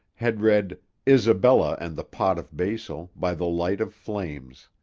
had read isabella and the pot of basil by the light of flames.